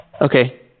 Okay